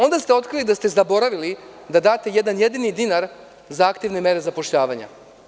Onda ste otkrili da ste zaboravili da date jedan jedini dinar za aktivne mere zapošljavanja.